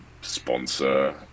sponsor